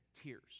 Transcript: tears